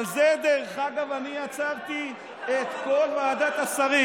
על זה, דרך אגב, אני עצרתי את כל ועדת השרים.